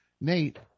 Nate